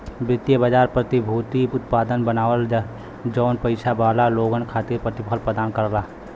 वित्तीय बाजार प्रतिभूति उत्पाद बनावलन जौन पइसा वाला लोगन खातिर प्रतिफल प्रदान करला